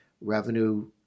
revenue